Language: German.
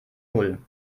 null